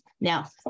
Now